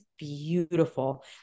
beautiful